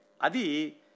Adi